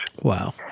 Wow